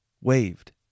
waved